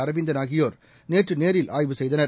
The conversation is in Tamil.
அரவிந்தன் ஆகியோர் நேற்று நேரில் ஆய்வு செய்தனர்